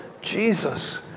Jesus